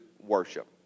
worship